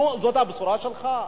נו, זאת הבשורה שלך?